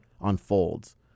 unfolds